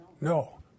No